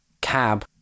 cab